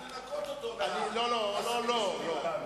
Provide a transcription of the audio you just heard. יש לנקות אותו מהעשבים השוטים הללו.